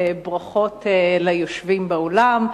ברכות ליושבים באולם.